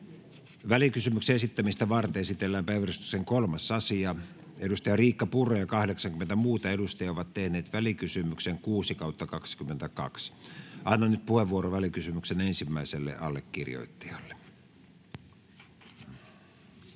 Välikysymyksen esittämistä varten esitellään päiväjärjestyksen 3. asia. Riikka Purra ja 80 muuta edustajaa ovat tehneet välikysymyksen VK 6/2022 vp. Annan nyt puheenvuoron välikysymyksen ensimmäiselle allekirjoittajalle. [Speech